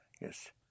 yes